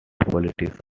politics